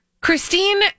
Christine